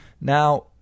Now